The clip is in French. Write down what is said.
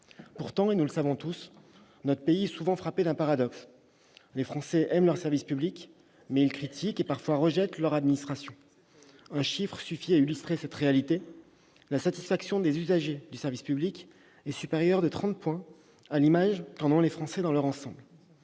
Pourtant, nous le savons tous, notre pays est frappé d'un paradoxe : les Français aiment leurs services publics, mais ils critiquent et parfois rejettent leur administration. Un chiffre suffit à illustrer cette réalité : la satisfaction des usagers du service public est supérieure de 30 points à l'image qu'en ont les Français dans leur ensemble.